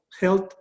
Health